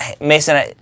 Mason